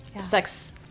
Sex